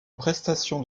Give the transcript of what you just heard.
prestation